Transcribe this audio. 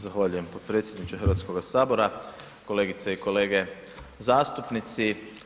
Zahvaljujem potpredsjedniče Hrvatskog sabora, kolegice i kolege zastupnici.